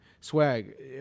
Swag